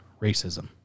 racism